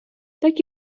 так